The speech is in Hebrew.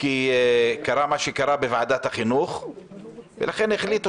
כי קרה מה שקרה בוועדת החינוך ולכן החליטו